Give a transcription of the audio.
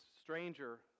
stranger